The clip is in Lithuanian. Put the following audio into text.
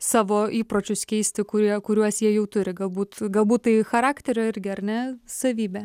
savo įpročius keisti kurie kuriuos jie jau turi galbūt galbūt tai charakterio irgi ar ne savybė